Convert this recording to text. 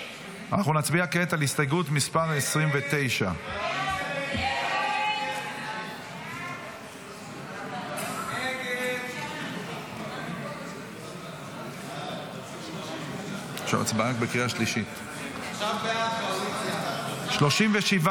נצביע כעת על הסתייגות מס' 29. הסתייגות 29 לא נתקבלה.